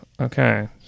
okay